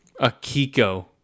Akiko